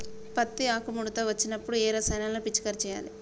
పత్తి ఆకు ముడత వచ్చినప్పుడు ఏ రసాయనాలు పిచికారీ చేయాలి?